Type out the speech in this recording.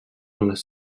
les